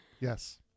Yes